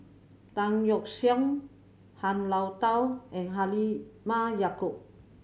Tan Yeok Seong Han Lao Da and Halimah Yacob